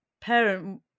parent